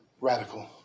radical